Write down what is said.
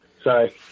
Sorry